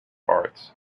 arts